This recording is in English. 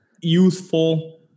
youthful